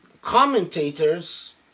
commentators